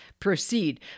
Proceed